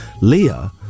Leah